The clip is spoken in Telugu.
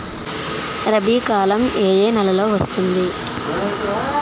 రబీ కాలం ఏ ఏ నెలలో వస్తుంది?